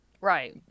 Right